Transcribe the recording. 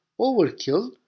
overkill